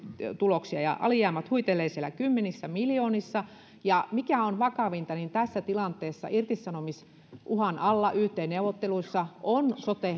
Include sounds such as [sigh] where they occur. tuloksia ja alijäämät huitelevat siellä kymmenissä miljoonissa ja mikä on vakavinta niin tässä tilanteessa irtisanomisuhan alla yt neuvotteluissa on sote [unintelligible]